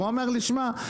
והוא אומר לי תשמע,